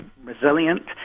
resilient